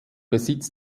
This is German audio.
besitz